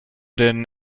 den